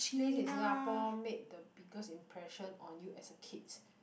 place in singapore made the biggest impression on you as a kid